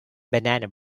banana